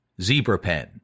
ZebraPen